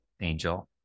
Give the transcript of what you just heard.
angel